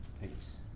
peace